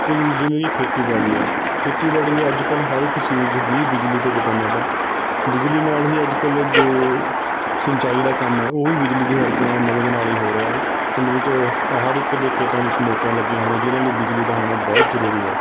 ਅਤੇ ਜਿਵੇਂ ਕਿ ਖੇਤੀਬਾੜੀ ਹੈ ਖੇਤੀਬਾੜੀ ਦੀ ਅੱਜ ਕੱਲ੍ਹ ਹਰ ਇੱਕ ਚੀਜ਼ ਹੀ ਬਿਜਲੀ 'ਤੇ ਡਿਪੈਨਡਿਡ ਹੈ ਬਿਜਲੀ ਨਾਲ਼ ਹੀ ਅੱਜ ਕੱਲ੍ਹ ਜੋ ਸਿੰਚਾਈ ਦਾ ਕੰਮ ਹੈ ਉਹ ਵੀ ਬਿਜਲੀ ਦੀ ਹੈਲਪ ਨਾਲ਼ ਮਦਦ ਨਾਲ਼ ਹੀ ਹੋ ਰਿਹਾ ਹੈ ਪਿੰਡ ਵਿੱਚ ਹਰ ਇੱਕ ਦੇ ਖੇਤਾਂ ਵਿੱਚ ਮੋਟਰਾਂ ਲੱਗੀਆ ਹੋਈਆਂ ਨੇ ਜਿਹਨਾਂ ਵਿੱਚ ਬਿਜਲੀ ਦਾ ਹੋਣਾ ਬਹੁਤ ਜ਼ਰੂਰੀ ਹੈ